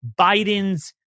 Biden's